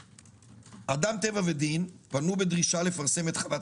אדם טבע ודין פנו בדרישה לפרסם את חוות